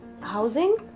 housing